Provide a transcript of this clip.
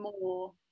more